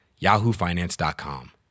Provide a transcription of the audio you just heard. yahoofinance.com